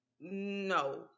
no